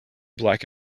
black